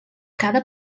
cada